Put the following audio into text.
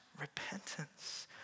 repentance